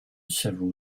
several